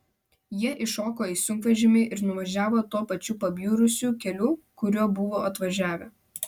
jie įšoko į sunkvežimį ir nuvažiavo tuo pačiu pabjurusiu keliu kuriuo buvo atvažiavę